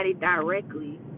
directly